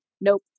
nope